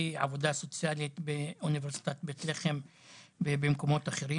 עבודה סוציאלית באוניברסיטת בית לחם ומקומות אחרים.